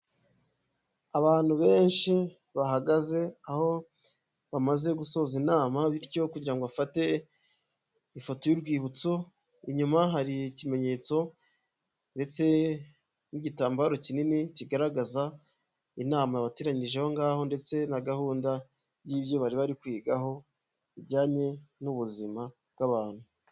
Abantu benshi bahagaze aho bamaze gusoza inama bityo kugira ngo bafate ifoto y'urwibutso, inyuma hari ikimenyetso ndetse n'igitambaro kinini kigaragaza inama yabateranyirije aho ngaho ndetse na gahunda y'ibyo bari bari kwigaho bijyanye n'ubuzima bw'abantu.